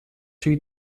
two